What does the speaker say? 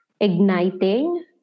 igniting